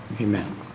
Amen